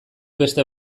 beste